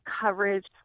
Coverage